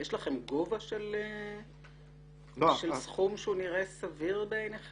יש לכם גובה של סכום שהוא נראה סביר בעיניכם,